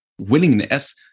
willingness